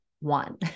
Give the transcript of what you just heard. one